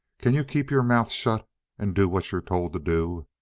can you keep your mouth shut and do what you're told to do?